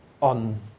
on